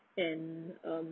and um